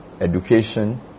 education